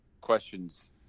questions